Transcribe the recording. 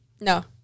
No